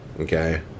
Okay